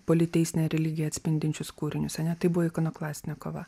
politeistinę religiją atspindinčius kūrinius ane tai buvo ikonoklastinė kova